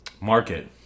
market